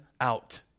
out